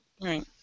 Right